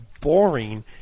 boring